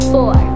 Four